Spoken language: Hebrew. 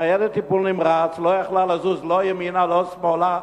ניידת טיפול נמרץ לא יכלה לזוז לא ימינה לא שמאלה.